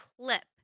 clip